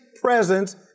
presence